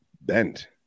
bent